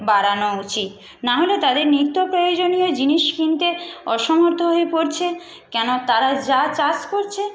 বাড়ানো উচিত নাহলে তাদের নিত্য প্রয়োজনীয় জিনিস কিনতে অসমর্থ হয়ে পরছেন কেন তারা যা চাষ করছে